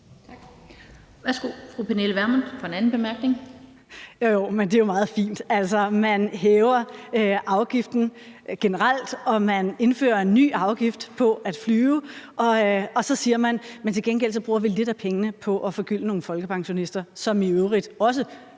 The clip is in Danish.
Jo jo, men det er jo meget fint. Altså, man hæver afgiften generelt, og man indfører en ny afgift på at flyve, og så siger man, at til gengæld bruger vi lidt af pengene på at forgylde nogle folkepensionister, som i øvrigt også